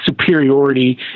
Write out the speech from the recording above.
superiority